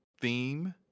theme